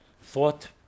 Thought